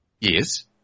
Yes